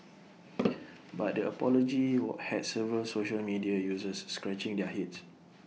but the apology had several social media users scratching their heads